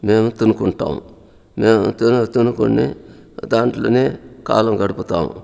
మేము తినుకుంటాం మేము తిన తినుకొని దాంట్లోనే కాలం గడుపుతాం